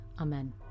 Amen